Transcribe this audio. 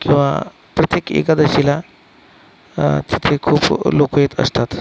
किंवा प्रत्येक एकादशीला तिथे खूप लोकं येत असतात